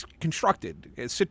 constructed